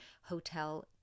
hotel